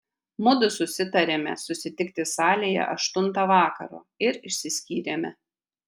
mudu susitarėme susitikti salėje aštuntą vakaro ir išsiskyrėme